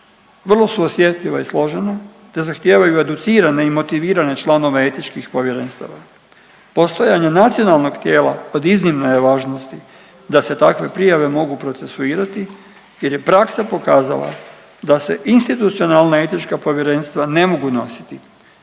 vrlo su osjetljiva i složena, te zahtijevaju educirane i motivirane članove etičkih povjerenstava. Postojanje nacionalnog tijela od iznimne je važnosti da se takve prijave mogu procesuirati jer je praksa pokazala da se institucionalna etička povjerenstva ne mogu nositi